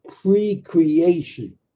pre-creation